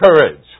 courage